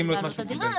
תלוי בעלות הדירה,